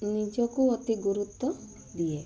ନିଜକୁ ଅତି ଗୁରୁତ୍ଵ ଦିଏ